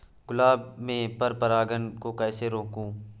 गुलाब में पर परागन को कैसे रोकुं?